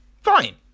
fine